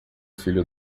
filho